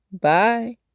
Bye